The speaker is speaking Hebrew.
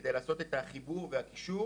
כדי לעשות את החיבור והקישור.